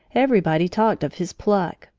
everybody talked of his pluck.